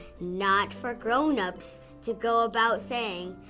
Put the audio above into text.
not for grownups to go about saying,